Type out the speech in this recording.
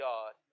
God